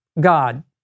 God